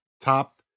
top